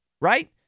right